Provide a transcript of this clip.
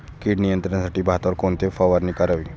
कीड नियंत्रणासाठी भातावर कोणती फवारणी करावी?